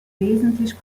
wesentlich